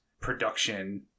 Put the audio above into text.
production